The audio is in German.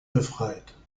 befreit